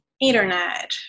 internet